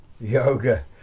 yoga